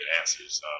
answers